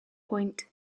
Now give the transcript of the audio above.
point